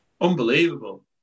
Unbelievable